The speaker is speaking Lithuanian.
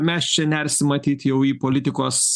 mes čia nersim matyt jau į politikos